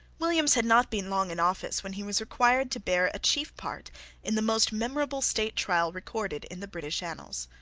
williams had not been long in office when he was required to bear a chief part in the most memorable state trial recorded in the british annals.